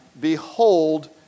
behold